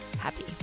happy